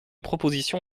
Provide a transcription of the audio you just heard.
proposition